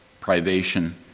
privation